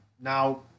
now